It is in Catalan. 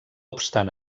obstant